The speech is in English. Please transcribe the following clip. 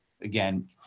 again